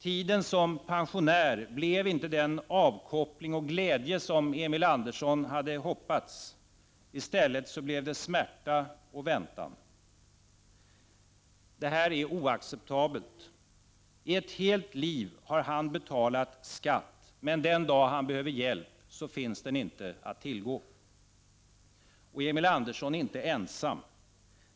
Tiden som pensionär blev inte den avkoppling och glädje som Emil Andersson hade hoppats på. I stället blev den smärta och väntan. Det är oacceptabelt. I ett helt liv har han betalat skatt. Den dag han behöver hjälp, finns den inte att tillgå. Emil Andersson är inte ensam.